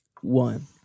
one